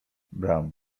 bram